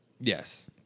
Yes